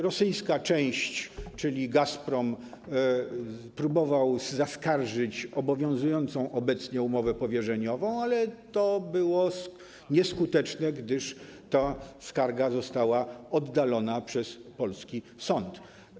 Rosyjska część, czyli Gazprom, próbowała zaskarżyć obowiązującą obecnie umowę powierzeniową, ale to było nieskuteczne, gdyż ta skarga została oddalona przez polski sąd.